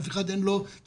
לאף אחד אין תקציב,